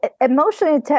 Emotionally